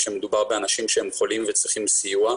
כאשר מדובר באנשים שהם חולים וצריכים סיוע;